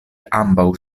ambaŭ